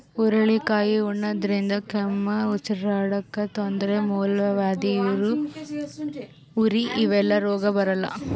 ಹುರಳಿಕಾಯಿ ಉಣಾದ್ರಿನ್ದ ಕೆಮ್ಮ್, ಉಸರಾಡಕ್ಕ್ ತೊಂದ್ರಿ, ಮೂಲವ್ಯಾಧಿ, ಉರಿ ಇವೆಲ್ಲ ರೋಗ್ ಬರಲ್ಲಾ